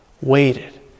waited